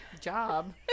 job